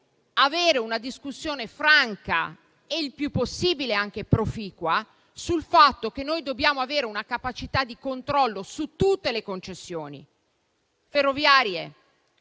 avere una discussione franca e il più possibile anche proficua sul fatto che noi dobbiamo avere una capacità di controllo su tutte le concessioni (ferroviarie,